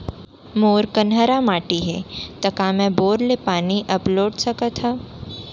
मोर कन्हार माटी हे, त का मैं बोर ले पानी अपलोड सकथव?